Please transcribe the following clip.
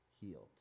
healed